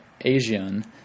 Asian